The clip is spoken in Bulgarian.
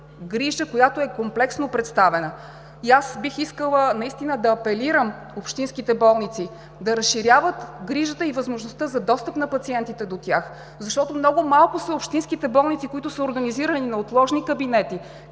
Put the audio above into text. грижа, която е комплексно представена. Бих искала да апелирам общинските болници да разширяват грижата и възможността за достъп на пациентите до тях, защото много малко са общинските болници, в които са организирани неотложни кабинети,